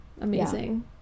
Amazing